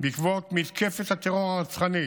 בעקבות מתקפת הטרור הרצחנית